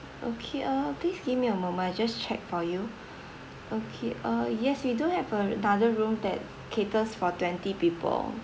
okay uh please give me a moment I just check for you okay uh yes we do have another room that caters for twenty people